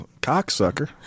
cocksucker